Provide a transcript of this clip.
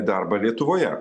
darbą lietuvoje